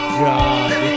god